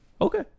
Okay